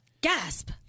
gasp